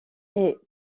est